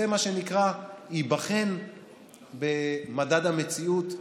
זה, מה שנקרא, ייבחן במדד המציאות,